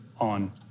on